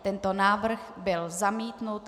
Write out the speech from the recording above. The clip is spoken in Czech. Tento návrh byl zamítnut.